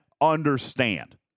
understand